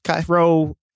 throw